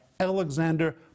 Alexander